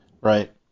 Right